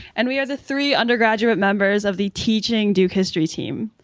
and we are the three undergraduate members of the teaching duke history team.